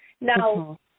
Now